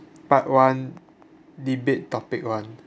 part one debate topic one